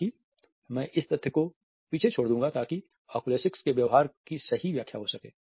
हालाँकि मैं इस तथ्य को पीछे छोड़ दूंगा ताकि ओकुलेसिक्स के व्यवहार की सही व्याख्या हो सके